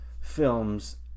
Films